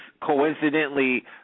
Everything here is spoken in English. coincidentally